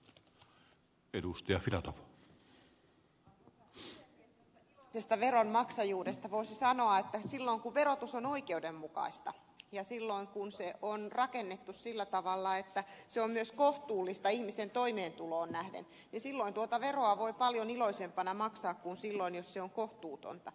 tästä iloisesta veronmaksajuudesta voisi sanoa että silloin kun verotus on oikeudenmukaista ja se on rakennettu sillä tavalla että se on myös kohtuullista ihmisen toimeentuloon nähden niin silloin tuota veroa voi paljon iloisempana maksaa kuin silloin jos se on kohtuutonta